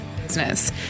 business